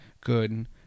good